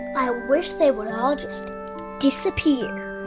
i wish they would all just disappear